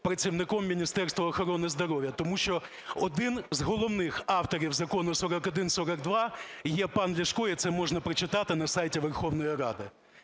працівником Міністерства охорони здоров'я? Тому що один з головних авторів Закону 4142 є пан Ляшко і це можна прочитати на сайті Верховної Ради.